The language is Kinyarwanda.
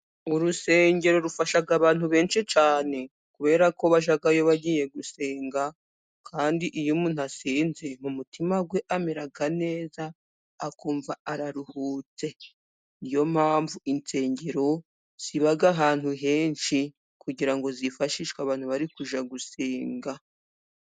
Urusengero rufasha abantu benshi cyane, kubera ko bajyayo bagiye gusenga ,kandi iyo umuntu asenze mu mutima we amera neza ,akumva araruhutse ,ni yo mpamvu insengero ziba ahantu henshi ,kugira ngo zifashishwe abantu bari kujya gusenga.